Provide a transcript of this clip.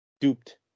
duped